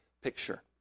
picture